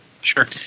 Sure